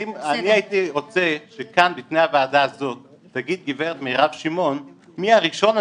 אני הייתי רוצה שכאן בפני הוועדה הזאת תגיד גב' מירב שמעון מי הראשון,